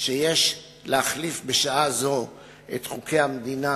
שיש להחליף בשעה זו את חוקי המדינה